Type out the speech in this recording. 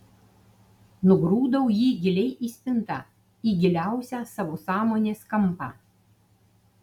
nugrūdau jį giliai į spintą į giliausią savo sąmonės kampą